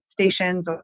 stations